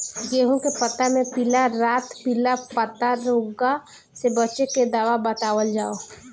गेहूँ के पता मे पिला रातपिला पतारोग से बचें के दवा बतावल जाव?